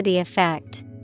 Effect